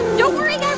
don't worry, guy um